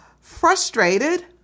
frustrated